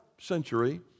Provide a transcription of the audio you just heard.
century